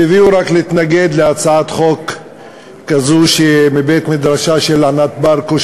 רק טבעי הוא להתנגד להצעת חוק מבית-מדרשה של ענת ברקו.